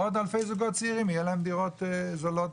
עוד אלפי זוגות צעירים יהיה להם דירות זולות,